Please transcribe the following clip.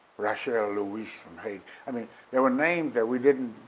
rachelle louis from haiti i mean there were names that we didnit,